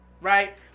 right